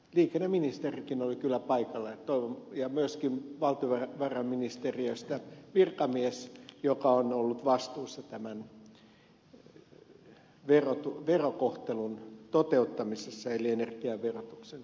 liikenneministerikin oli kyllä paikalla ja myöskin valtiovarainministeriöstä virkamies joka on ollut vastuussa tämän verokohtelun toteuttamisesta energiaverotuksen